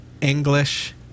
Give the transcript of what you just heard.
English